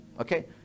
okay